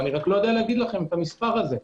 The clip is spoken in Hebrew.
רק לא יודע לומר את המספר הזה.